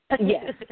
Yes